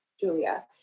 Julia